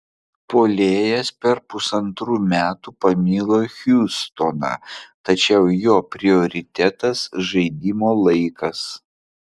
puolėjas per pusantrų metų pamilo hjustoną tačiau jo prioritetas žaidimo laikas